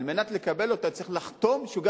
על מנת לקבל אותה צריך לחתום שהוא גם